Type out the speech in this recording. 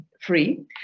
free